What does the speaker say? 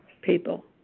People